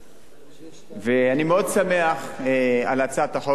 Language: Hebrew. אני מאוד שמח על הצעת החוק הזאת, אדוני היושב-ראש.